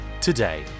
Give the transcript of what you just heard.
today